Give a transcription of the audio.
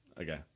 Okay